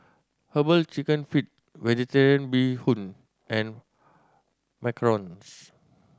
Herbal Chicken Feet Vegetarian Bee Hoon and macarons